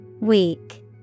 Weak